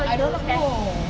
I don't know